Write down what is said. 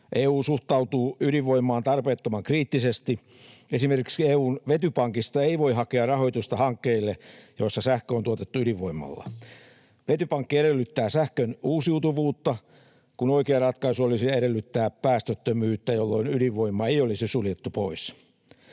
EU suhtautuu ydinvoimaan tarpeettoman kriittisesti. Esimerkiksi EU:n vetypankista ei voi hakea rahoitusta hankkeille, joissa sähkö on tuotettu ydinvoimalla. Vetypankki edellyttää sähkön uusiutuvuutta, kun oikea ratkaisu olisi edellyttää päästöttömyyttä, jolloin ydinvoimaa ei olisi suljettu pois.